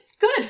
Good